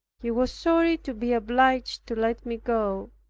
he was sorry to be obliged to let me go.